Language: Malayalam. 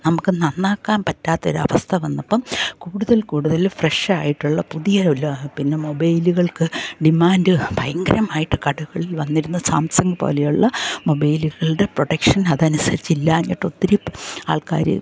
നമുക്ക് നന്നാക്കാൻ പറ്റാത്ത ഒരു അവസ്ഥ വന്നപ്പം കൂടുതൽ കൂടുതൽ ഫ്രഷ് ആയിട്ടുള്ള പുതിയ എല്ലാ പിന്നെ മൊബൈല്കൾക്ക് ഡിമാൻഡ് ഭയങ്കരമായിട്ട് കടകളിൽ വന്നിരുന്ന സാംസങ് പോലെയുള്ള മൊബൈല്കൾടെ പ്രൊഡക്ഷൻ അതനുസരിച്ച് ഇല്ലാഞ്ഞിട്ട് ഒത്തിരി ആൾക്കാർ